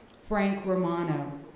frank romano.